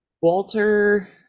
Walter